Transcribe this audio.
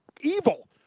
evil